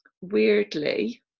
weirdly